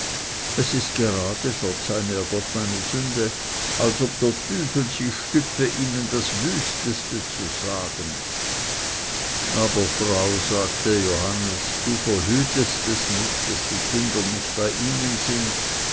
es ist gerade verzeih mir gott meine sünde als ob der tüfel sie stüpfe ihnen das wüsteste zu sagen aber frau sagte johannes du verhütest es nicht daß die kinder nicht bei ihnen sind